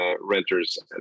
renters